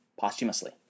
posthumously